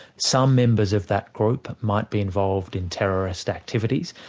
some members of that group might be involved in terrorist activities,